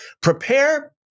Prepare